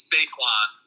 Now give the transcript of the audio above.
Saquon